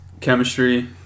chemistry –